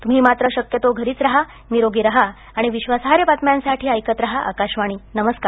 तुम्ही मात्र शक्यतो घरीच रहा निरोगी रहा आणि विश्वासार्ह बातम्यांसाठी ऐकत रहा आकाशवाणी नमस्कार